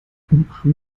umarmen